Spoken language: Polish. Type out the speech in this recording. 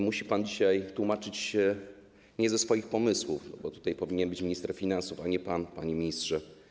Musi pan dzisiaj tłumaczyć się nie ze swoich pomysłów, bo tutaj powinien być minister finansów, a nie pan, panie ministrze.